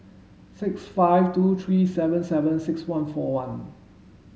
six five two three seven seven six one four one